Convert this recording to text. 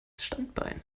standbein